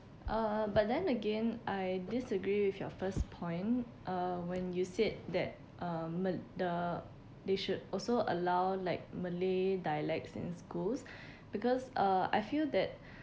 uh but then again I disagree with your first point uh when you said that um mal~ the they should also allow like malay dialects in schools because uh I feel that